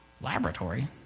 laboratory